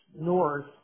north